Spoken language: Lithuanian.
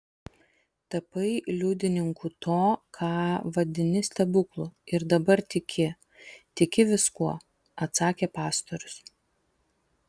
tapai liudininku to ką vadini stebuklu ir dabar tiki tiki viskuo atsakė pastorius